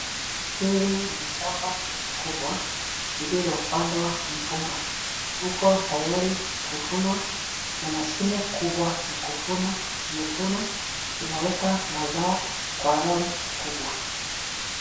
Hili ni shamba kubwa , lililopandwa mpunga. Uko tayari kuvunwa na mashine kubwa ya kuvuna imevuna, inaweka mazao kwa lori kubwa.